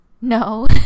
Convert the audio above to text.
no